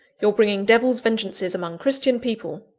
you're bringing devil's vengeances among christian people!